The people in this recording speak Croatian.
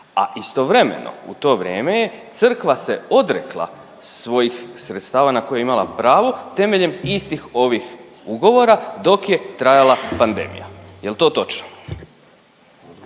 a istovremeno u to vrijeme je, Crkva se odrekla svojih sredstava na koje je imala pravo temeljem istih ovih ugovora dok je trajala pandemija. Je li to točno?